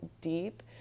deep